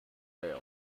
failed